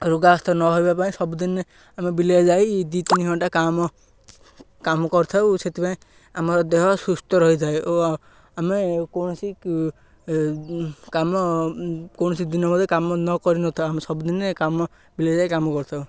ରୋଗାଗ୍ରସ୍ଥ ନହେବା ପାଇଁ ସବୁଦିନେ ଆମେ ବିଲରେ ଯାଇ ଦୁଇ ତିନି ଘଣ୍ଟା କାମ କାମ କରିଥାଉ ସେଥିପାଇଁ ଆମର ଦେହ ସୁସ୍ଥ ରହିଥାଏ ଓ ଆମେ କୌଣସି କାମ କୌଣସି ଦିନ ମଧ୍ୟ କାମ ନ କରିନଥାଉ ଆମେ ସବୁଦିନେ କାମ ବିଲରେ ଯାଇ କାମ କରିଥାଉ